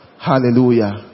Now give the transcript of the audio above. Hallelujah